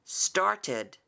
started